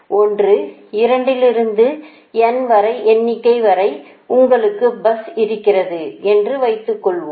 1 2 லிருந்து n எண்ணிக்கை வரை உங்களுக்கு பஸ் இருக்கிறது என்று வைத்துக்கொள்வோம்